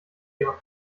ihrer